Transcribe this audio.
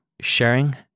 sharing